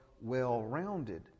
well-rounded